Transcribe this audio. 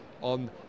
on